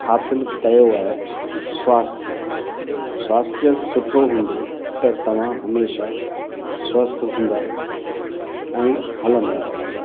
हासिल कयो आहे स्वास्थय स्वास्थय सुठो हूंदो त तव्हां हमेशह स्वास्थ हूंदा ऐं हलंदा रहंदा